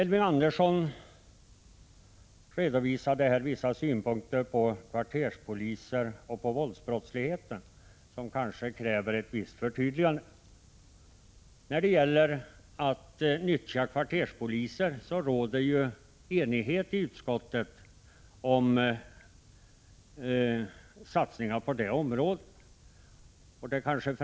Elving Andersson redovisade här vissa synpunkter beträffande kvarterspoliserna och våldsbrottsligheten som kräver ett visst förtydligande. När det gäller att nyttja kvarterspoliser råder det ju enighet i utskottet om satsningarna på det området.